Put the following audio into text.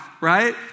right